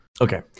Okay